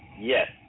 Yes